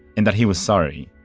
and that he was sorry,